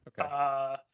okay